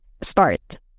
start